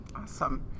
Awesome